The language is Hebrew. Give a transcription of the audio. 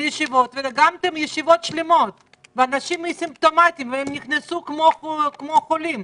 דגמתם ישיבות שלמות ואנשים אסימפטומטיים נכנסו כחולים,